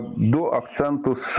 du akcentus